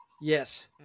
yes